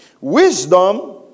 wisdom